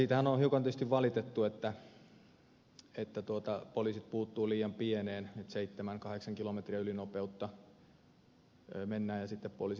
siitähän on hiukan tietysti valitettu että poliisit puuttuvat liian pieneen että seitsemän kahdeksan kilometriä ylinopeutta mennään ja sitten poliisit siihen puuttuvat